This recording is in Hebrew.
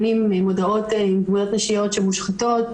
מודעות עם תמונות נשיות שמושחתות,